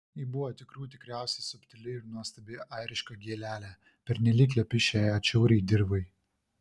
ji buvo tikrų tikriausia subtili ir nuostabi airiška gėlelė pernelyg lepi šiai atšiauriai dirvai